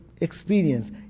experience